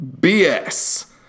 BS